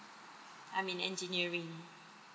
I'm in engineering